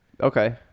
okay